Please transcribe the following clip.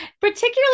particularly